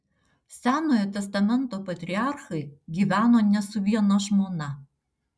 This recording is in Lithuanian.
senojo testamento patriarchai gyveno ne su viena žmona